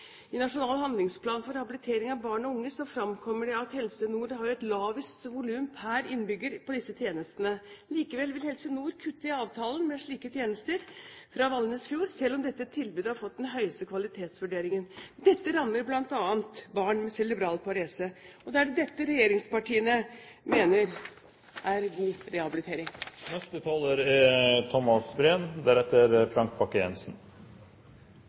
I Handlingsplan for habilitering av barn og unge fremkommer det at Helse Nord har det laveste volum per innbygger på disse tjenestene. Likevel vil Helse Nord kutte i avtalen med slike tjenester fra Valnesfjord, selv om dette tilbudet har fått høyeste kvalitetsvurdering. Dette rammer bl.a. barn med cerebral parese. Er det dette regjeringspartiene mener er god